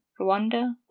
Rwanda